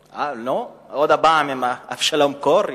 עוד פעם עם אבשלום קור?